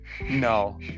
No